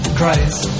Christ